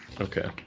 Okay